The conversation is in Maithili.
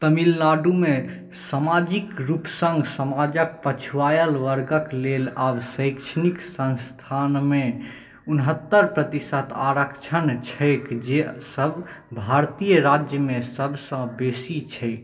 तमिलनाडुमे सामाजिक रूपसँ समाजक पछुआयल वर्गक लेल आब शैक्षणिक संस्थानमे उनहत्तरि प्रतिशत आरक्षण छैक जे सभ भारतीय राज्यमे सभसँ बेसी छैक